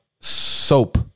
soap